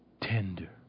Tender